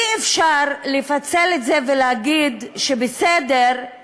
אי-אפשר לפצל את זה ולהגיד: בסדר,